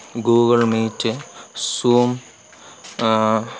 Google meet zoom